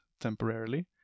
temporarily